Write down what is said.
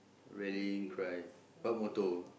rallying cry what motto